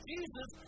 Jesus